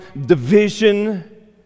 division